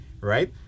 Right